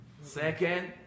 Second